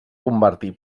convertir